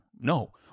No